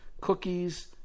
cookies